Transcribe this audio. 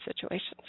situations